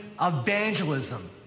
evangelism